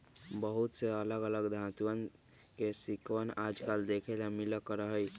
बहुत से अलग अलग धातुंअन के सिक्कवन आजकल देखे ला मिला करा हई